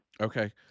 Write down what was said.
Okay